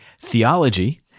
Theology